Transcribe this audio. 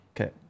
okay